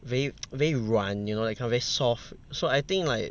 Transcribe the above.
very very 软 you know that kind of very soft so I think like